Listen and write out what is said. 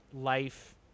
life